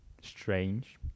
strange